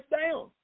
down